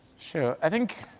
sure, i think,